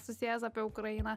susijęs apie ukrainą